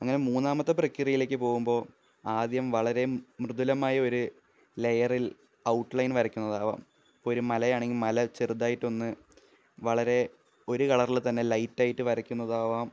അങ്ങനെ മൂന്നാമത്തെ പ്രക്രിയയിലേക്ക് പോകുമ്പോൾ ആദ്യം വളരെ മൃദുലമായ ഒരു ലെയറില് ഔട്ട്ലൈന് വരക്കുന്നതാകാം ഇപ്പോൾ ഒരു മല ആണെങ്കില് മല ചെറുതായിട്ട് ഒന്നു വളരെ ഒരു കളറില് തന്നെ ലൈറ്റ് ആയിട്ട് വരക്കുന്നതാകാം